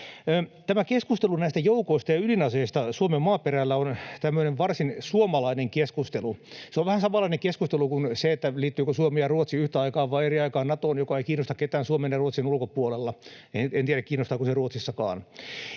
Keskustelu näistä joukoista ja ydinaseista Suomen maaperällä on tämmöinen varsin suomalainen keskustelu. Se on vähän samanlainen keskustelu kuin se, liittyvätkö Suomi ja Ruotsi yhtä aikaa vai eri aikaa Natoon, joka ei kiinnosta ketään Suomen ja Ruotsin ulkopuolella — en tiedä, kiinnostaako se Ruotsissakaan.